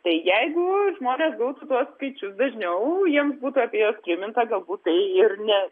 tai jeigu žmonės gautų tuos skaičius dažniau jiems būtų apie tai priminta galbūt tai ir ne